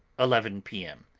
eleven p. m.